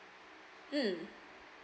mm